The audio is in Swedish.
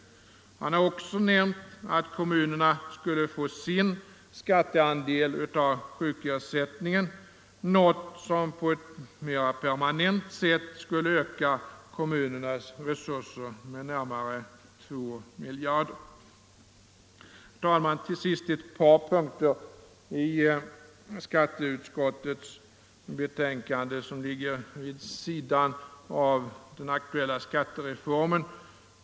Han har också nämnt att kommunerna skulle få tillgång till sin skatteandel av sjukersättningen, något som på ett mera permanent sätt skulle öka kommunernas resurser med närmare 2 miljarder. Herr talman! Sedan vill jag ta upp ett par saker i skatteutskottets betänkande som ligger vid sidan av den aktuella skattereformen.